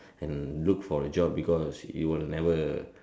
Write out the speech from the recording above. and look for a job because it will never